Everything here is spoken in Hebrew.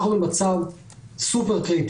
אנחנו במצב סופר-קריטי,